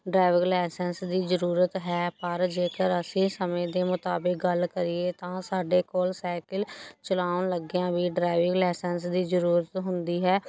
driving licence ਦੀ ਜ਼ਰੂਰਤ ਹੈ ਪਰ ਜੇਕਰ ਅਸੀਂ ਸਮੇਂ ਦੇ ਮੁਤਾਬਿਕ ਗੱਲ ਕਰੀਏ ਤਾਂ ਸਾਡੇ ਕੋਲ ਸਾਈਕਲ ਚਲਾਉਣ ਲੱਗਿਆਂ ਵੀ ਡਰਾਈਵਿੰਗ ਲਾਇਸੈਂਸ ਦੀ ਜ਼ਰੂਰਤ ਹੁੰਦੀ ਹੈ